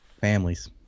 families